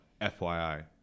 fyi